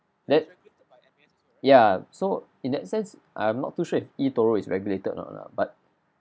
that ya so in that sense I am not too sure if eToro is regulated or not but